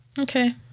Okay